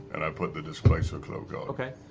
and i put the displacer cloak on.